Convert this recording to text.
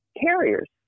carriers